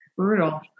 brutal